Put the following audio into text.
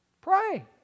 Pray